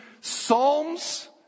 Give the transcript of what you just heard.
psalms